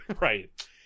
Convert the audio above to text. right